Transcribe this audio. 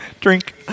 Drink